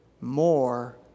more